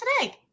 today